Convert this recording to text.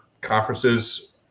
conferences